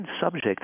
subject